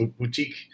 Boutique